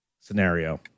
scenario